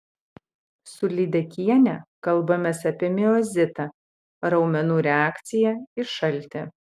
su lydekiene kalbamės apie miozitą raumenų reakciją į šaltį